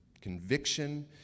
Conviction